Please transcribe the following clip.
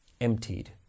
emptied